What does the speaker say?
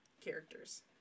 characters